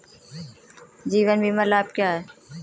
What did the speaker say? जीवन बीमा लाभ क्या हैं?